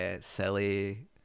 silly